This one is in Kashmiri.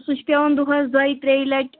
سُہ چھُ پیٚوان دۄہَس دۄیہِ ترٛیٚیہِ لَٹہِ